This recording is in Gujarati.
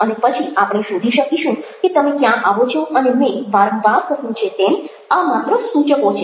અને પછી આપણે શોધી શકીશું કે તમે ક્યાં આવો છો અને મેં વારંવાર કહયું છે તેમ આ માત્ર સૂચકો છે